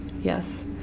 Yes